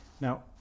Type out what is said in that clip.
Now